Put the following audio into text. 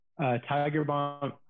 tigerbomb